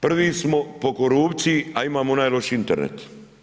Prvi smo po korupciji, a imamo najlošiji Internet.